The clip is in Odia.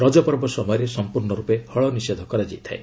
ରଜପର୍ବ ସମୟରେ ସଂପୂର୍ଣ୍ଣ ରୂପେ ହଳ ନିଷେଧ କରାଯାଇଥାଏ